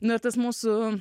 nu ir tas mūsų